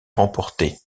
remportée